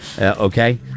Okay